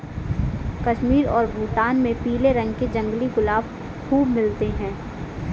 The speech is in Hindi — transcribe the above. कश्मीर और भूटान में पीले रंग के जंगली गुलाब खूब मिलते हैं